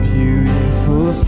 Beautiful